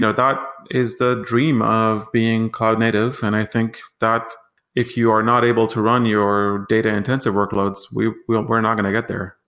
so that is the dream of being cognitive, and i think that if you are not able to run your data-intensive workloads, we're we're not going to get there.